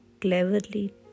cleverly